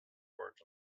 work